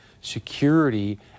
security